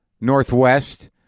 northwest